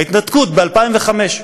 ההתנתקות ב-2005.